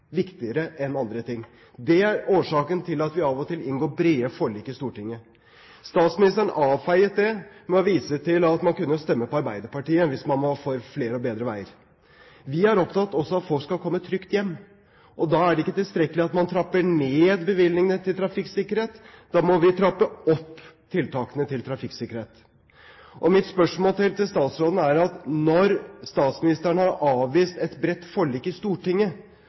årsaken til at vi av og til inngår brede forlik i Stortinget. Statsministeren avfeide det ved å vise til at man jo kunne stemme på Arbeiderpartiet hvis man var for flere og bedre veier. Vi er også opptatt av at folk skal komme trygt hjem, og da er det ikke tilstrekkelig at man trapper ned bevilgningene til trafikksikkerhet. Da må vi trappe opp tiltakene til trafikksikkerhet. Mitt spørsmål til statsråden er: Når statsministeren har avvist et bredt forlik i Stortinget